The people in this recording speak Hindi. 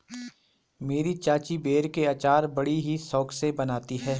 मेरी चाची बेर के अचार बड़ी ही शौक से बनाती है